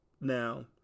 Now